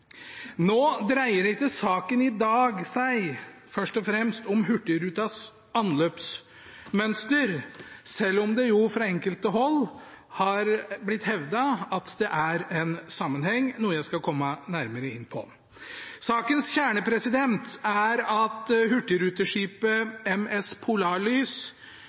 Nå dreier ikke saken i dag seg først og fremst om Hurtigrutens anløpsmønster, selv om det fra enkelte hold har blitt hevdet at det er en sammenheng, noe jeg skal komme nærmere inn på. Sakens kjerne er at hurtigruteskipet MS